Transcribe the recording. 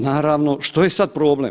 Naravno, što je sad problem?